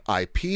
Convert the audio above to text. IP